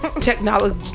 technology